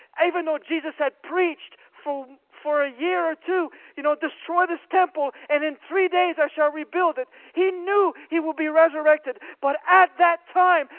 even though jesus had preached for for a year or two you know destroy this temple and in three days i shall rebuild it he knew he would be resurrected, but at that time,